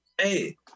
Hey